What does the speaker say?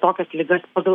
tokias ligas pagal